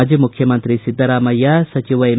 ಮಾಜಿ ಮುಖ್ಯಮಂತ್ರಿ ಸಿದ್ದರಾಮಯ್ಯ ಸಚಿವ ಎಂ